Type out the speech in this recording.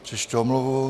Přečtu omluvu.